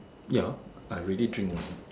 ya I really drink one